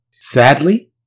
Sadly